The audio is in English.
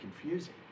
confusing